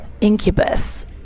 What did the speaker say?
Incubus